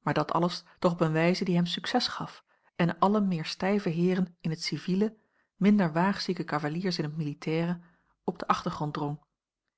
maar dat alles toch op eene wijze die hem succes gaf en alle meer stijve heeren in t civiele minder waagzieke cavaliers in t militaire op den achtergrond